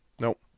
Nope